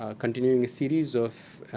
ah continuing a series of